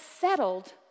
settled